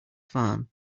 farm